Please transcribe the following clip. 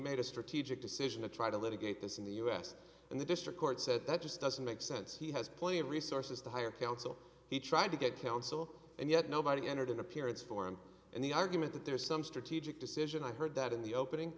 made a strategic decision to try to litigate this in the u s and the district court said that just doesn't make sense he has plenty of resources to hire counsel he tried to get counsel and yet nobody entered an appearance for him and the argument that there's some strategic decision i heard that in the opening